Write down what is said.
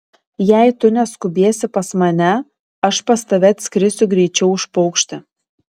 jei tu neskubėsi pas mane aš pas tave atskrisiu greičiau už paukštį